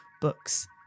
books